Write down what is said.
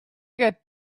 get